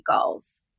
goals